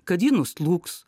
kad ji nuslūgs